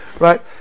right